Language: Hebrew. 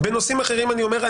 בנושאים אחרים אני אומר,